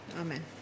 Amen